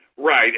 Right